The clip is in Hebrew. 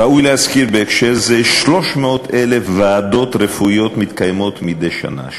ראוי להזכיר בהקשר זה כי 300,000 ועדות רפואיות מתקיימות מדי שנה,